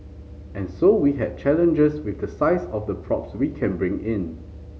and so we had challenges with the size of the props we can bring in